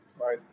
right